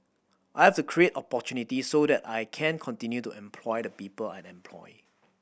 I've the create opportunity so the I can continue to employ the people I employ